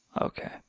okay